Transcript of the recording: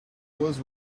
was